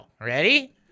ready